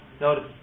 notice